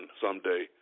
someday